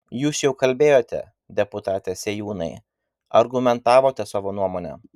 jūs jau kalbėjote deputate sėjūnai argumentavote savo nuomonę